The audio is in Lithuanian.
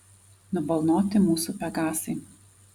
nubalnoti mūsų pegasai